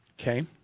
Okay